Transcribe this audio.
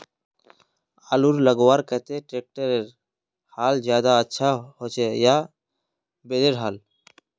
आलूर लगवार केते ट्रैक्टरेर हाल ज्यादा अच्छा होचे या बैलेर हाल?